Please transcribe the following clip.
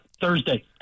Thursday